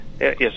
Yes